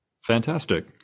Fantastic